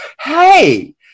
hey